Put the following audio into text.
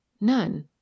None